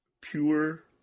pure